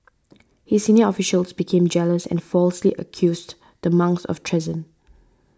his senior officials became jealous and falsely accused the monks of treason